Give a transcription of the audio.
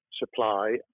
supply